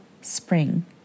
spring